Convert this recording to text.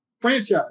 franchise